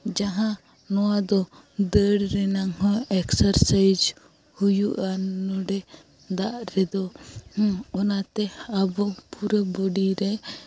ᱡᱟᱦᱟᱸ ᱱᱚᱣᱟ ᱫᱚ ᱫᱟᱹᱲ ᱨᱮᱱᱟᱝ ᱦᱚᱸ ᱮᱠᱥᱟᱨᱥᱟᱭᱤᱡᱽ ᱦᱩᱭᱩᱜᱼᱟ ᱱᱚᱰᱮ ᱫᱟᱜ ᱨᱮᱫᱚ ᱚᱱᱟᱛᱮ ᱟᱵᱚ ᱯᱩᱨᱟ ᱵᱚᱰᱤᱨᱮ